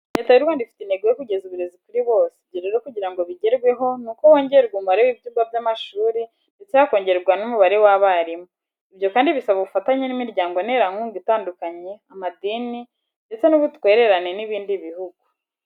Leta y'u Rwanda ifite intego yo kugeza uburezi kuri bose, ibyo rero kugira ngo bigerweho, nuko hongerwa umubare w'ibyumba by'amashuri ndetse hakongerwa n'umubare w'abarimu. Ibyo kandi bisaba ubufatanye n'imiryango nterankunga itandukanye, amadini ndetse n'ubutwererane n'ibindi bihugu.